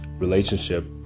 relationship